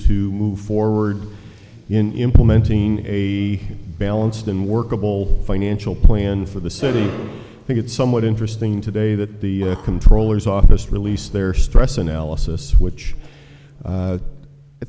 to move forward in implementing a balanced unworkable financial plan for the city i think it's somewhat interesting today that the air controllers office released their stress analysis which